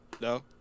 No